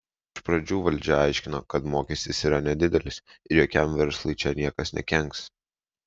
iš pradžių valdžia aiškino kad mokestis yra nedidelis ir jokiam verslui čia niekas nekenks